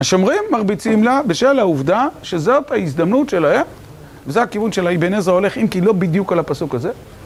השומרים מרביצים לה בשל העובדה שזאת ההזדמנות שלהם, וזה הכיוון של האבן-עזרא הולך, אם כי לא בדיוק על הפסוק הזה